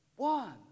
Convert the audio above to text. One